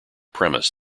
premise